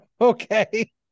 Okay